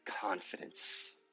confidence